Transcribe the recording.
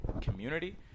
community